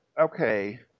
Okay